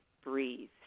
breathe